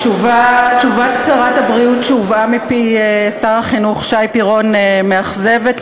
תשובת שרת הבריאות שהובאה מפי שר החינוך שי פירון מאכזבת,